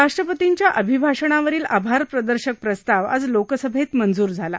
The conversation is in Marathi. राष्ट्रपतींच्या अभिभाषणावरील आभार प्रदर्शक प्रस्ताव आज लोकसभेत मंजूर झाला